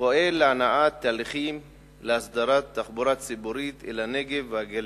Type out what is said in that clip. פועל להנעת תהליכים להסדרת תחבורה ציבורית אל הנגב והגליל.